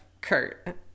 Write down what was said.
Kurt